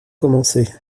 commencé